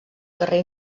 carrer